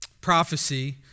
prophecy